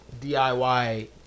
DIY